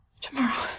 Tomorrow